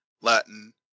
Latin